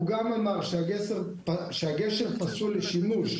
הוא גם אמר שהגשר פסול לשימוש.